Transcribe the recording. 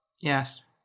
Yes